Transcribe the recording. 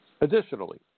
Additionally